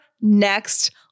next